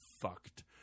fucked